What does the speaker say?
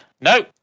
No